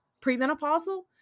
premenopausal